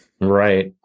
right